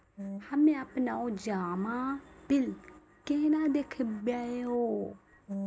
हम्मे आपनौ जमा बिल केना देखबैओ?